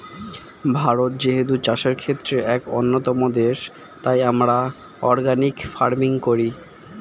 ভারত যেহেতু চাষের ক্ষেত্রে এক অন্যতম দেশ, তাই আমরা অর্গানিক ফার্মিং করি